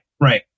right